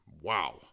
Wow